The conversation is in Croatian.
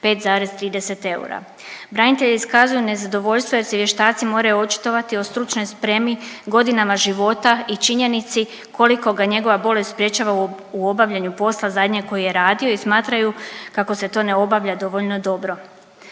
555,30 eura. Branitelji iskazuju nezadovoljstvo jer se vještaci moraju očitovati o stručnoj spremi, godinama života i činjenici koliko ga njegova bolest sprječava u obavljanju posla zadnjeg koji je radio i smatraju kako se to ne obavlja dovoljno dobro.